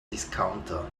discounter